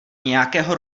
nějakého